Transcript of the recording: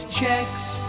checks